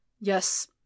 Yes